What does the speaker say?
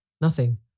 Nothing